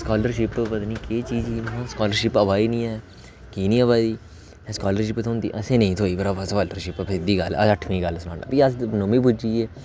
scholarship पता नेईं केह् चीज ही स्कालरशिप आवै दी नेईं ऐ कि नेईं अबा दी स्कालरशिप थ्होंदी असें गी नेईं थ्होई भ्रावा स्कालरशिप सिद्धी गल्ल अस अठमीं गल्ल सनाना फ्ही अस नोमीं पुज्जी गे